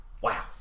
wow